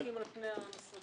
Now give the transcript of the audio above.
חולקים על פני המשרדים.